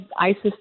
isis